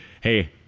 hey